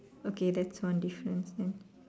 okay that's one difference then